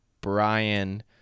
Brian